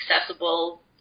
accessible